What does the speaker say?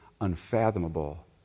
unfathomable